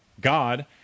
God